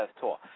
tour